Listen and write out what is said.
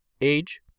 age